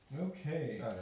Okay